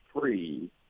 free